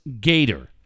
Gator